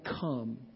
come